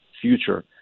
future